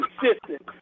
consistent